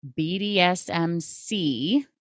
BDSMC